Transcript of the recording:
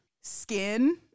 Skin